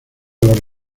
los